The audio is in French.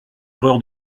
erreur